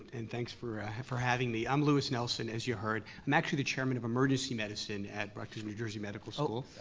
and thanks for for having me. i'm lewis nelson as you heard. i'm actually the chairman of emergency medicine at rutgers new jersey medical school.